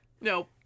Nope